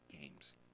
games